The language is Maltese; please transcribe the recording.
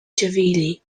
ċivili